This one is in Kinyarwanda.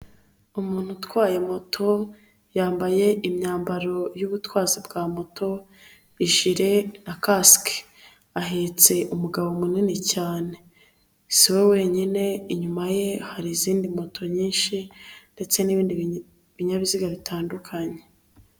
Umuntu utwaye moto yambaye imyambaro y'ubutwazi bwa moto, ijire na kasike, ahetse umugabo munini cyane, si we wenyine, inyuma ye hari izindi moto nyinshi ndetse n'ibindi binyabiziga bitandukanye.